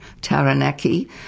Taranaki